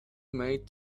maid